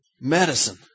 Medicine